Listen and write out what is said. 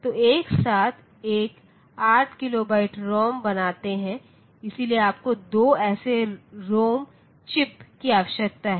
तो एक साथ एक 8 किलोबाइट रॉम बनाते हैं इसलिए आपको दो ऐसे रॉम चिप्स की आवश्यकता है